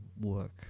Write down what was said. work